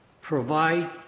provide